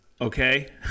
okay